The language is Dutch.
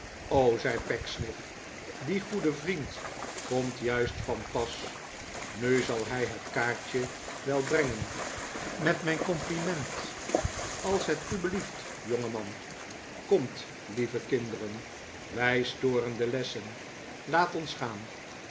zei pecksniff die goede vriend komt juist van pas nu zal hij het kaartje wel brengen met mijn compliment als het u belieft jongeman komt lieve kinderen wij storen de lessen laat ons gaan